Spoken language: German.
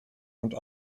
und